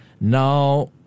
now